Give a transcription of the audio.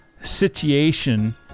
situation